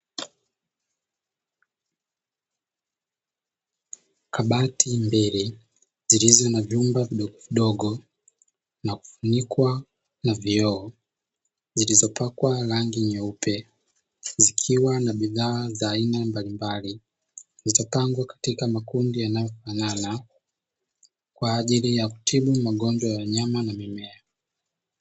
Kabati mbili zilizo na vyumba vidogovidogo, na kufunikwa na vioo zilizopakwa rangi nyeupe zikiwa na bidhaa za aina mbalimbali. zilizopangwa katika makundi yanayofanana, kwa ajili ya kutibu magonjwa ya wanyama na mimea.